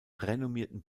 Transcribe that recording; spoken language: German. renommierten